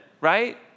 right